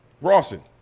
Rawson